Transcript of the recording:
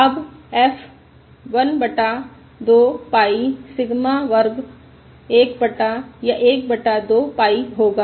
अब f 1 बटा 2 pi sigma वर्ग 1 बटा या 1 बटा 2 पाई होगा